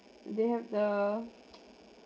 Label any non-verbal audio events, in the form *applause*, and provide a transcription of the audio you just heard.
they have the *noise*